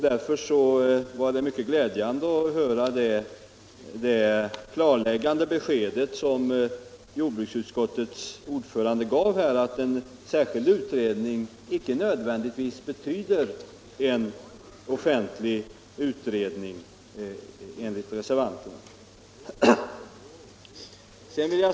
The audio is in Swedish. Därför var det mycket glädjande att höra det klarläggande beskedet som jordbruksutskottets ordförande gav att en särskild utredning icke nödvändigtvis betyder en offentlig utredning enligt reservanterna.